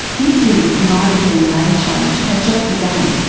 this year's mindful in may challenge has just begun.